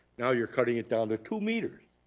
now you're cutting it down to two meters.